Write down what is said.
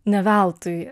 ne veltui